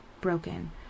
broken